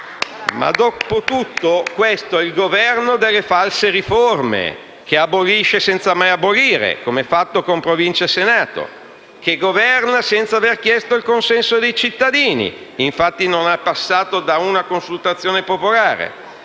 Ma dopotutto, questo è il Governo delle false riforma che abolisce senza mai abolire, come fatto con Province e Senato, che governa senza aver chiesto il consenso dei cittadini, infatti non è passato da una consultazione popolare,